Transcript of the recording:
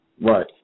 Right